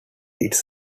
its